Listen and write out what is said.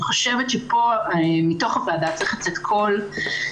אני חושבת שמתוך הוועדה צריך לצאת קול שאומר,